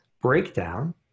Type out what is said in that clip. breakdown